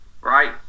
Right